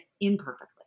imperfectly